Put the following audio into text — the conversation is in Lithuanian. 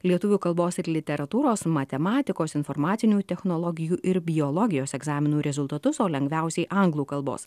lietuvių kalbos ir literatūros matematikos informacinių technologijų ir biologijos egzaminų rezultatus o lengviausiai anglų kalbos